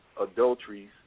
adulteries